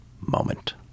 moment